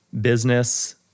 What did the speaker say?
business